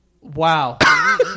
Wow